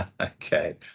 Okay